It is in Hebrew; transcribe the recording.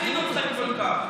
מה הפחיד אתכם כל כך?